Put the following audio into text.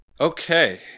Okay